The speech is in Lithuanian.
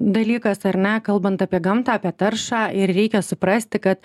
dalykas ar ne kalbant apie gamtą apie taršą ir reikia suprasti kad